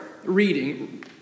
reading